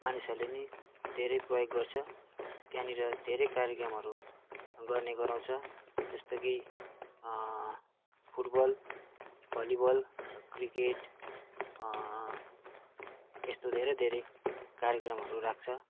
मानिसहरूले नि धेरै प्रयोग गर्छ त्यहाँनिर धेरै कार्यक्रमहरू गर्ने गराउँछ जस्तो कि फुटबल भलिबल क्रिकेट यस्तो धेरै धेरै कार्यक्रमहरू राख्छ